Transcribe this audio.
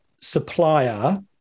supplier